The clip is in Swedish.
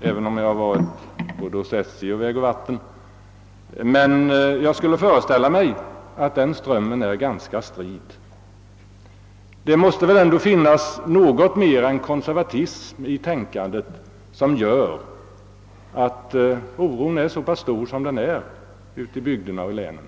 även om jag varit uppe hos SJ och vägoch vattenbyggnadsstyrelsen, men jag skulle föreställa mig att den strömmen är ganska strid. Det måste ändå finnas något mera än konservatism i tänkandet som gör att oron är så stor som den är ute i bygderna och länen.